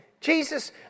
Jesus